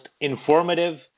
informative